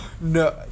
No